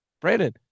Brandon